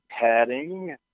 padding